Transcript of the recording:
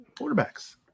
Quarterbacks